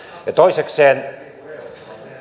toisekseen